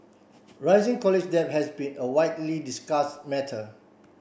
rising college debt has been a widely discuss matter